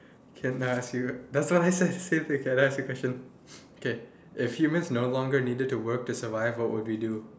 can lah ask you that's why I said can ask you a question k if humans no longer needed to work to survive what would you do